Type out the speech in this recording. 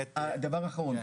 דבר אחרון,